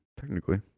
technically